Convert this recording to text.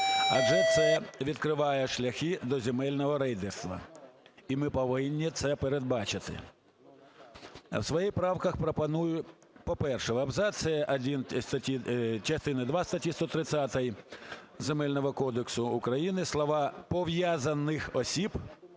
Адже це відкриває шляхи до земельного рейдерства, і ми повинні це передбачити. У своїх правка пропоную, по-перше, в абзаці один частини другої статті 130 Земельного кодексу України слова "пов'язаних осіб"